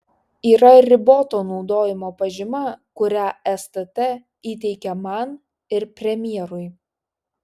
yra riboto naudojimo pažyma kurią stt įteikė man ir premjerui